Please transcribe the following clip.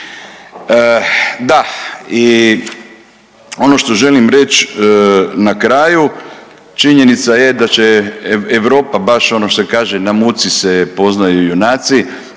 Da, i ono što želim reći na kraju, činjenica je da će Europa baš ono što se kaže, na muci se poznaju junaci,